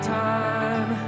time